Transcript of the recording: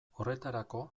horretarako